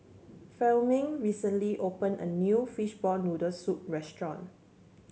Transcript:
Fleming recently opened a new Fishball Noodle Soup restaurant